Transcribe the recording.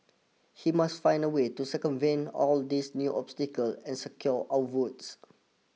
he must find a way to circumvent all these new obstacles and secure our votes